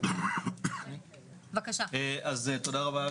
תודה רבה לך,